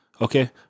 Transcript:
Okay